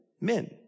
men